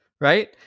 Right